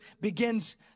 begins